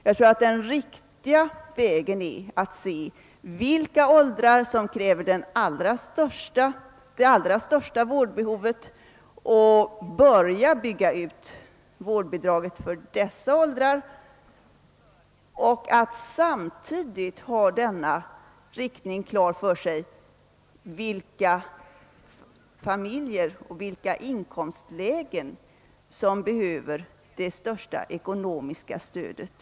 Jag tror att den riktiga vägen är att ta reda på i vilka åldrar vårdbehovet är allra störst och börja bygga ut vårdbidraget i dessa åldrar men samtidigt göra klart för sig, vilka familjer och vilka inkomstgrupper som behöver det största ekonomiska stödet.